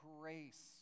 grace